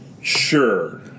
sure